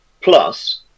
Plus